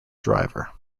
driver